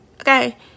Okay